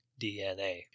DNA